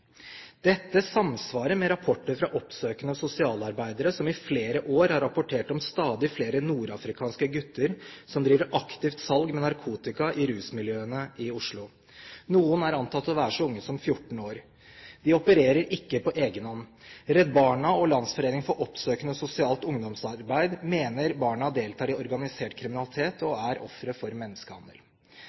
Dette samsvarer med rapporter fra oppsøkende sosialarbeidere som i flere år har rapportert om stadig flere nordafrikanske gutter som driver aktivt med salg av narkotika i rusmiljøene i Oslo. Noen er antatt å være så unge som 14 år. De opererer ikke på egen hånd. Redd Barna og Landsforeningen for oppsøkende sosialt ungdomsarbeid mener barna deltar i organisert kriminalitet og er ofre for menneskehandel.